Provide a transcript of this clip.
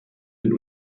den